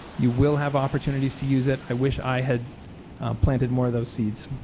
you will have opportunities to use it i wish i had planted more of those seeds.